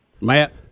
Matt